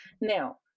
Now